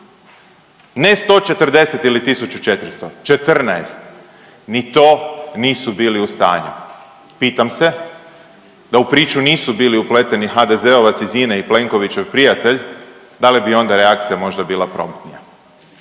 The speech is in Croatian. Ne 140 ili 1400, 14, ni to nisu bili u stanju. Pitam se da u priču nisu bili upleteni HDZ-ovac iz INA-e i Plenkovićev prijatelj, da li bi onda reakcija bila promptnija.